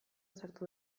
sartu